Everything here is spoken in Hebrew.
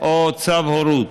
או צו הורות,